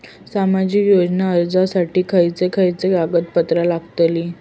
सामाजिक योजना अर्जासाठी खयचे खयचे कागदपत्रा लागतली?